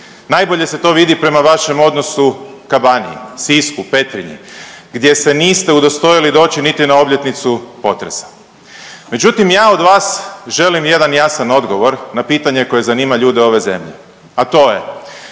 najbolje se to vidi prema vašem odnosu ka Baniji, Sisku, Petrinju gdje se niste udostojili doći niti na obljetnicu potresa. Međutim ja od vas želim jedan jasan odgovor na pitanje koje zanima ljude ove zemlje, a to je